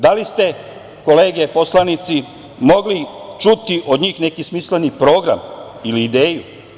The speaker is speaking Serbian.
Da li ste, kolege poslanici, mogli čuti od njih neki smisleni program ili ideju?